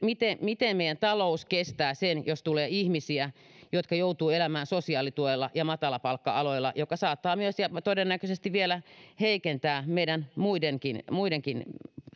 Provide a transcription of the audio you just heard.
miten miten meidän taloutemme kestää sen jos tulee ihmisiä jotka joutuvat elämään sosiaalituella ja matalapalkka aloilla mikä saattaa todennäköisesti vielä heikentää meidän muidenkin muidenkin